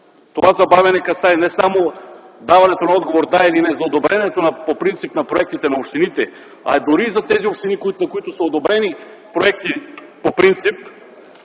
забавянето касае не само даването на отговор „да” или „не” за одобрението по принцип на проектите на общините, а дори общини, на които са одобрени проекти по принцип,